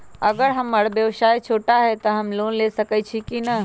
अगर हमर व्यवसाय छोटा है त हम लोन ले सकईछी की न?